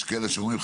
יש כאלה שאומרים,